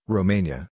Romania